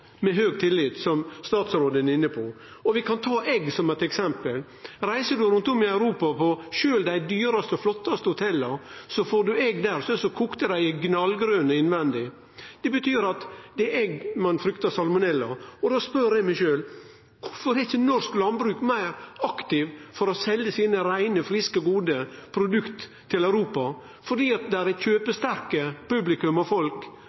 med høg tillit, slik statsråden var inne på. Vi kan ta egg som eit eksempel. Reiser vi rundt i Europa, får vi, sjølv på dei dyraste og flottaste hotella, egg som er kokte så lenge at dei er knallgrøne innvendig. Det er fordi ein fryktar salmonella i egga. Då spør eg meg sjølv: Kvifor er ikkje norsk landbruk meir aktivt for å selje sine reine, friske, gode produkt til Europa? For det er eit kjøpesterkt publikum og folk